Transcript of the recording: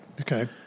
Okay